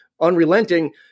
unrelenting